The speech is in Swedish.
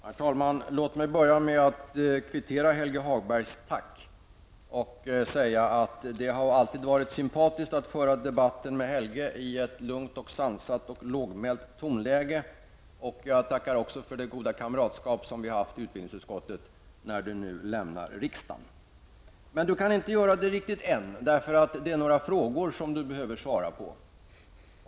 Herr talman! Låt mig börja med att kvittera Helge Hagbergs tack och säga att det alltid har varit sympatiskt att föra debatter med Helge Hagberg i ett lugnt, sansat och lågmält tonläge. Jag tackar också för det goda kamratskap vi har haft i utbildningsutskottet när Helge Hagberg nu lämnar riksdagen. Helge Hagberg kan emellertid inte lämna riksdagen riktigt än, eftersom det finns några frågor han måste svara på.